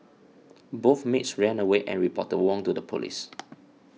both maids ran away and reported Wong to the police